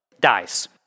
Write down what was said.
Dies